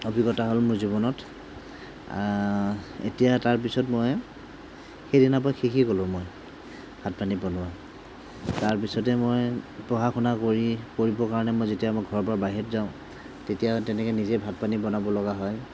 অভিজ্ঞতা হ'ল মোৰ জীৱনত এতিয়া তাৰ পিছত মই সেইদিনাৰ পৰা শিকি গলোঁ মই ভাত পানী বনোৱা তাৰপিছতে মই পঢ়া শুনা কৰি পঢ়িবৰ কাৰণে মই যেতিয়া মই ঘৰৰ পৰা বাহিৰত যাওঁ তেতিয়া তেনেকৈ নিজেই ভাত পানী বনাব লগা হয়